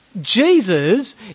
Jesus